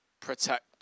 protect